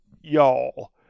y'all